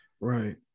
Right